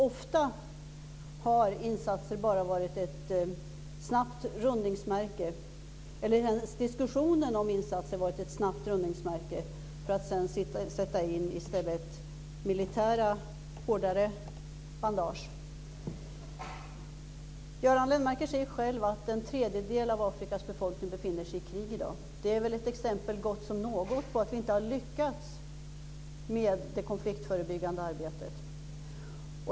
Ofta har diskussionen om insatser bara varit ett snabbt rundningsmärke, för att man sedan i stället skulle kunna sätta in militära, hårdare bandage. Göran Lennmarker säger själv att en tredjedel av Afrikas befolkning befinner sig i krig i dag. Det är väl ett exempel så gott som något på att vi inte har lyckats med det konfliktförebyggande arbetet.